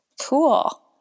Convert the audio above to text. Cool